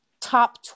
top